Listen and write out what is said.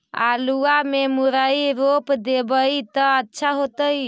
आलुआ में मुरई रोप देबई त अच्छा होतई?